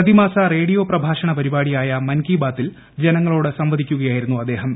പ്രതിമാസ റേഡിയോ പ്രഭാഷണ പരിപാടിയായ മൻ കി ബാതിൽ ജനങ്ങളോട് സംവദിക്കുകയായിരുന്നു അദ്ദേഹം